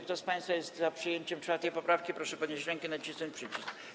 Kto z państwa jest za przyjęciem 4. poprawki, proszę podnieść rękę i nacisnąć przycisk.